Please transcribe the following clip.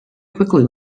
quickly